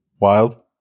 wild